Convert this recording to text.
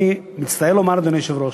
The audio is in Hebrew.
אני מצטער לומר, אדוני היושב-ראש,